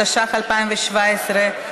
התשע"ח 2017,